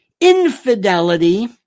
infidelity